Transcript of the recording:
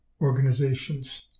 organizations